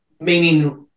Meaning